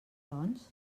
doncs